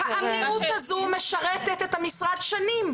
המדיניות הזו משרתת את המשרד שנים.